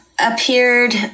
appeared